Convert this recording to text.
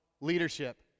leadership